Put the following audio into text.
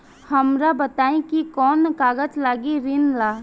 हमरा बताई कि कौन कागज लागी ऋण ला?